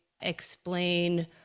explain